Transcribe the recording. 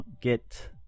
Get